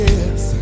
Yes